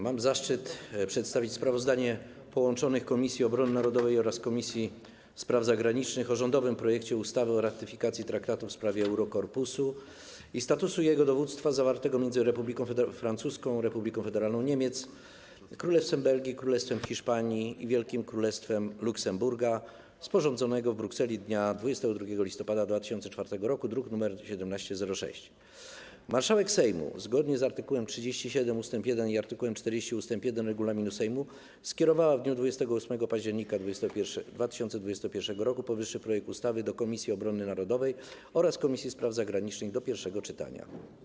Mam zaszczyt przedstawić sprawozdanie połączonych Komisji: Obrony Narodowej oraz Spraw Zagranicznych o rządowym projekcie ustawy o ratyfikacji Traktatu w sprawie Eurokorpusu i statusu jego Dowództwa zawartego między Republiką Francuską, Republiką Federalną Niemiec, Królestwem Belgii, Królestwem Hiszpanii i Wielkim Księstwem Luksemburga, sporządzonego w Brukseli dnia 22 listopada 2004 r., druk nr 1706. Marszałek Sejmu, zgodnie z art. 37 ust. 1 i art. 40 ust. 1 regulaminu Sejmu, skierowała w dniu 28 października 2021 r. powyższy projekt ustawy do Komisji Obrony Narodowej oraz Komisji Spraw Zagranicznych do pierwszego czytania.